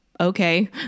Okay